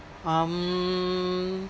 um